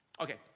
Okay